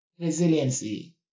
resiliency